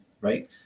Right